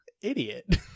Idiot